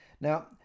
Now